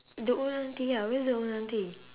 the old auntie ya where's the old auntie